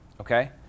okay